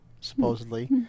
supposedly